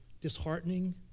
disheartening